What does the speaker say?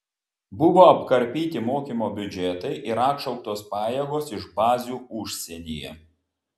buvo apkarpyti mokymo biudžetai ir atšauktos pajėgos iš bazių užsienyje